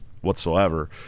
whatsoever